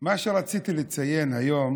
מה שרציתי לציין היום